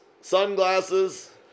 sunglasses